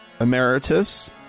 emeritus